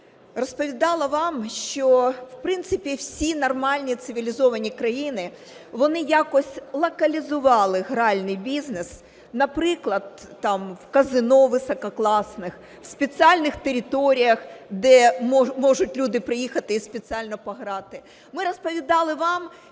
розповідала вам, що, в принципі, всі нормальні цивілізовані країни, вони якось локалізували гральний бізнес, наприклад, в казино висококласних, в спеціальних територіях, де можуть люди приїхати і спеціально пограти.